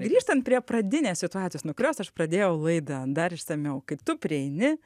grįžtant prie pradinės situacijos nuo kurios aš pradėjau laidą dar išsamiau kaip tu prieini